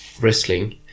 wrestling